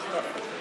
תביא לי את